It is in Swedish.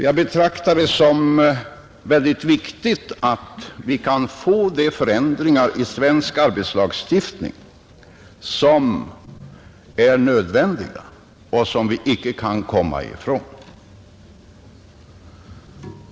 Jag betraktar det som mycket viktigt att vi kan få de förändringar i svensk arbetslagstiftning som är nödvändiga och som vi icke kan komma ifrån.